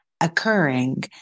occurring